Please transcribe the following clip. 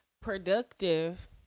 productive